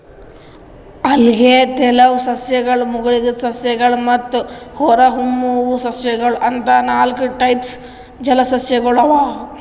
ಅಲ್ಗೆ, ತೆಲುವ್ ಸಸ್ಯಗಳ್, ಮುಳಗಿದ್ ಸಸ್ಯಗಳ್ ಮತ್ತ್ ಹೊರಹೊಮ್ಮುವ್ ಸಸ್ಯಗೊಳ್ ಅಂತಾ ನಾಲ್ಕ್ ಟೈಪ್ಸ್ ಜಲಸಸ್ಯಗೊಳ್ ಅವಾ